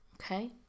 okay